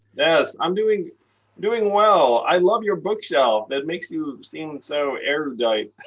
yes, i'm doing doing well. i love your bookshelf. it makes you seem so erudite.